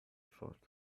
thought